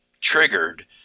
triggered